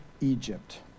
Egypt